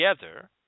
together